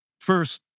first